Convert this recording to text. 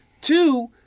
Two